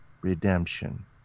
redemption